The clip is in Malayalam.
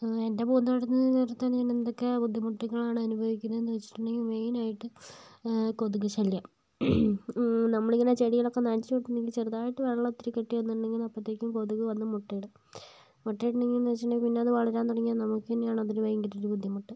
എൻ്റെ പൂന്തോട്ടം നിലനിർത്താൻ ഞാൻ എന്തൊക്കെ ബുദ്ധിമുട്ടുകളാണ് അനുഭവിക്കുന്നത് എന്ന് വെച്ചിട്ടുങ്കിൽ മെയിൻ ആയിട്ട് കൊതുക് ശല്യം നമ്മള് ഇങ്ങനെ ചെടികളൊക്കെ നനച്ച് വെച്ചിട്ടുണ്ടെങ്കിൽ ചെറുതായിട്ട് വെള്ളം ഇത്തിരി കെട്ടി നിന്നിട്ടുണ്ടെങ്കിൽ അപ്പോത്തേക്കും കൊതുക് വന്ന് മുട്ട ഇടും മുട്ട ഇടുന്നതെങ്കിൽ എന്ന് വെച്ചിട്ടുണ്ടങ്കിൽ പിന്നെ അത് വളരാൻ തുടങ്ങിയാൽ നമുക്ക് തന്നെയാണ് അത് ഭയങ്കര ഒരു ബുദ്ധിമുട്ട്